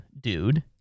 dude